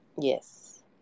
Yes